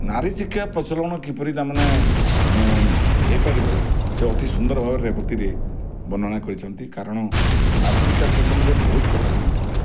ନାରୀଶିକ୍ଷା ପ୍ରଚଳନ କିପରି ତାମାନେ ହେଇପାରିବ ସେ ଅତି ସୁନ୍ଦର ଭାବରେ ରେବତୀରେ ବର୍ଣ୍ଣନା କରିଛନ୍ତି କାରଣ ନାରୀଶିକ୍ଷା ସେ ସମୟରେ ବହୁତ କଟକଣା ଥିଲା